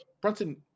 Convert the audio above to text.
Brunson